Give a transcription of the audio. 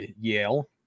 Yale